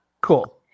Cool